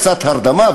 קצת הרדמה,